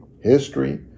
history